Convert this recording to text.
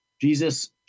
Jesus